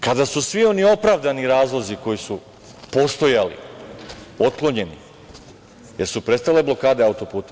Kada su svi oni opravdani razlozi koji su postojali otklonjeni, da li su prestale blokade autoputa?